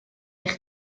eich